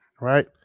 Right